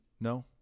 No